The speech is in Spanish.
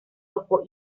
ojo